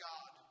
God